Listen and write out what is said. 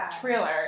trailer